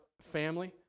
family